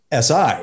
SI